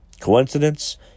Coincidence